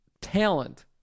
talent